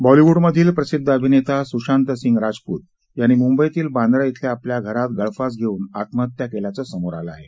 बॉलिवूडमधील प्रसिद्ध अभिनेता सुशांत सिंग राजपूत यांनी मुंबईतील बांद्रा येथील आपल्या घरात गळफास घेऊन आत्महत्या केल्याचं समोर आलं आहे